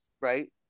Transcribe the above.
right